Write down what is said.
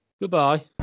Goodbye